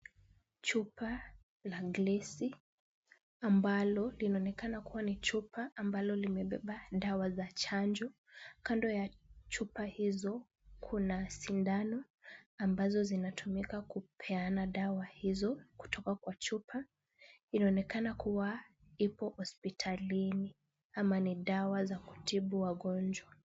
Chupa la glesi ambalo linaonekana kuwa ni chupa ambalo limebeba dawa za chanjo. Kando ya chupa hizo kuna sindano ambazo zinatumika kupeana dawa hizo kutoka kwa chupa. Inaonekana kuwa iko hospitalini ama ni dawa za kutibu wagonjwa.